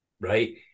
right